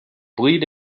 bleed